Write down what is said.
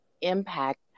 impact